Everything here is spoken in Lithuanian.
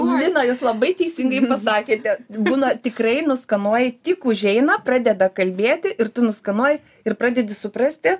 lina jūs labai teisingai pasakėte būna tikrai nuskanuoji tik užeina pradeda kalbėti ir tu nuskanuoji ir pradedi suprasti